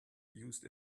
used